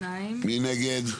מי נגד?